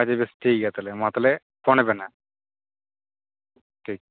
ᱟ ᱰᱤᱵᱮᱥ ᱴᱷᱤᱠᱜᱮᱭᱟ ᱛᱟᱦᱚᱞᱮ ᱢᱟᱼᱛᱟᱦᱚᱞᱮ ᱯᱷᱳᱱ ᱟᱵᱮᱱ ᱦᱟᱜ ᱴᱷᱤᱠ